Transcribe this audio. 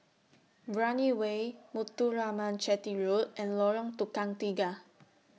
Brani Way Muthuraman Chetty Road and Lorong Tukang Tiga